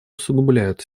усугубляют